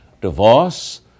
divorce